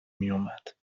میومد